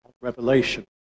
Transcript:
Revelation